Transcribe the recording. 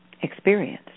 experience